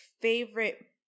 favorite